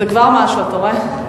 זה כבר משהו, אתה רואה?